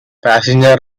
passenger